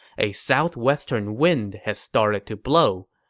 a southwestern wind had started to blow.